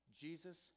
Jesus